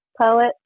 poet